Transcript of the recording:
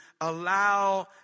allow